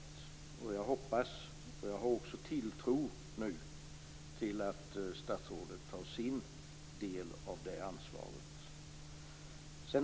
Jag hoppas, jag har också tilltro till det nu, att statsrådet tar sin del av det ansvaret.